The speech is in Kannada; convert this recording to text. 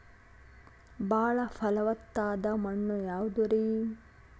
ಬಾಳ ಫಲವತ್ತಾದ ಮಣ್ಣು ಯಾವುದರಿ?